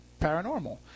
paranormal